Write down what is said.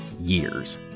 years